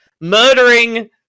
murdering